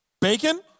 Bacon